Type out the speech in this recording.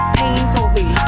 painfully